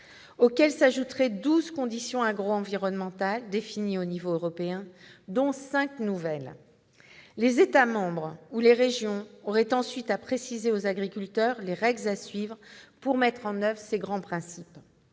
-auxquelles s'ajouteraient douze conditions agroenvironnementales définies au niveau européen, dont cinq nouvelles. Les États membres ou les régions auraient ensuite à préciser aux agriculteurs les règles à suivre pour mettre en oeuvre ces grands principes.